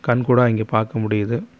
கண்கூடாக இங்கே பார்க்க முடியுது